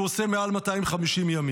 הוא עושה מעל 250 ימים.